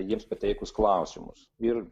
jiems pateikus klausimus ir